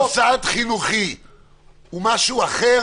מוסד חינוך הוא משהו אחר